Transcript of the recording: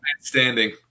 standing